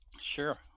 sure